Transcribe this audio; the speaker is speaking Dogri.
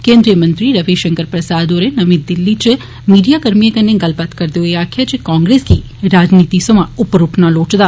केंद्रीय मंत्री रवि शंकर प्रसाद होरे नमी दिल्ली इच मीडिया कर्मिए कन्नै गल्लबात करदे होई आक्खेआ जे कांग्रेस गी राजनीति सोआं उप्पर उठना लोड़चदा